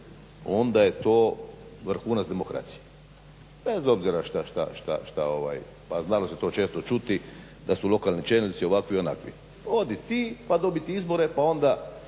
onda je to vrhunac demokracije bez obzira šta pa znali smo to često čuti da su lokalni čelnici ovakvi, onakvi. Odi ti pa dobit izbore, a onda